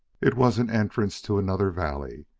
it was an entrance to another valley.